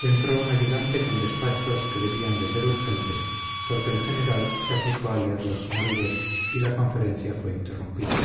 entró un ayudante con despachos que debían de ser urgentes porque el general se aplicó a leerlos con avidez y la conferencia fue interrumpida